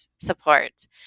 support